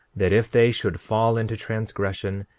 that if they should fall into transgression,